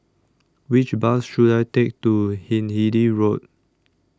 Which Bus should I Take to Hindhede Road